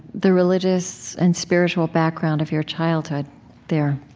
the religious and spiritual background of your childhood there